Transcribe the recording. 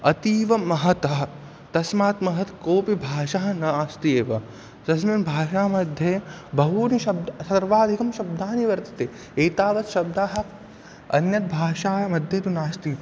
अतीव महतः तस्मात् महत् कोपि भाषा नास्ति एव तस्मिन् भाषामध्ये बहूनि शब्दाः सर्वाधिकं शब्दानि वर्तते एतावत् शब्दाः अन्यद्भाषायाः मध्ये तु नास्ति